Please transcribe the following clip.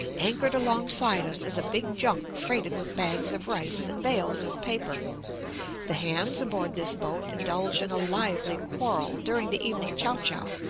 anchored alongside us is a big junk freighted with bags of rice and bales of paper the hands aboard this boat indulge in a lively quarrel, during the evening chow-chow,